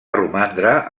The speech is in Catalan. romandre